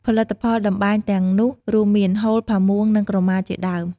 ផលិតផលតម្បាញទាំងនោះរួមមាន ហូល ផាមួង និងក្រមាជាដើម។